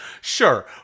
sure